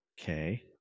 Okay